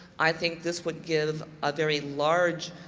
i think this would give a very large